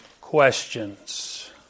Questions